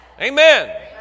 Amen